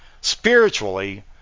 spiritually